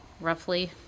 Roughly